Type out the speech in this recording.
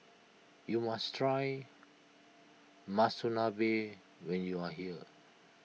you must try Monsunabe when you are here